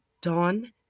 Dawn